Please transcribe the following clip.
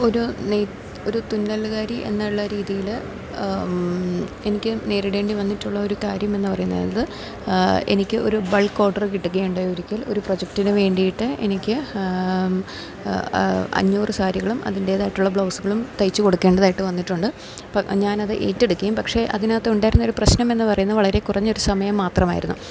ഒരു നെയ് ഒരു തുന്നൽകാരി എന്നുള്ള രീതിയിൽ എനിക്ക് നേരിടേണ്ടി വന്നിട്ടുള്ള ഒരു കാര്യം എന്നു പറയുന്നത് എനിക്ക് ഒരു ബൾക്ക് ഓർഡർ കിട്ടുകയുണ്ടായി ഒരിക്കൽ ഒരു പ്രൊജക്ടിനുവേണ്ടിയിട്ട് എനിക്ക് അഞ്ഞൂറ് സാരികളും അതിൻ്റേതായിട്ടുള്ള ബ്ലൗസ്സുകളും തയ്ച്ച് കൊടുക്കേണ്ടതായിട്ട് വന്നിട്ടുണ്ട് അപ്പം ഞാനത് ഏറ്റെടുക്കുകയും പക്ഷേ അതിനകത്തുണ്ടായിരുന്ന ഒരു പ്രശ്നം എന്നു പറയുന്നത് വളരെ കുറഞ്ഞു സമയം മാത്രമായിരുന്നു